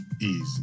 easy